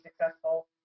successful